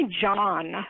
John